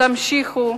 תמשיכו,